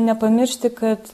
nepamiršti kad